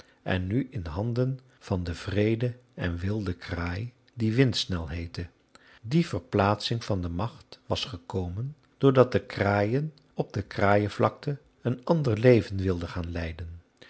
en nu in handen van een wreede en wilde kraai die windsnel heette die verplaatsing van de macht was gekomen doordat de kraaien op de kraaienvlakte een ander leven wilden gaan leiden